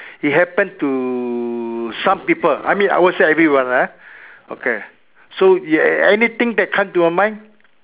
it happen to some people I mean I would say everyone lah okay so anything that come to your mind